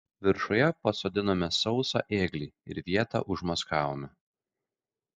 viršuje pasodinome sausą ėglį ir vietą užmaskavome